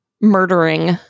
murdering